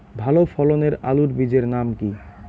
ভালো ফলনের আলুর বীজের নাম কি?